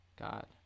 God